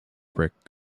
brick